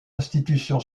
institution